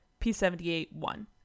P78-1